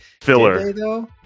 Filler